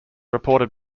reported